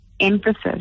emphasis